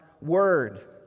word